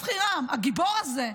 תת-אלוף חירם, הגיבור הזה,